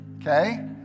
okay